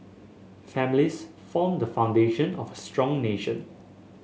families form the foundation of a strong nation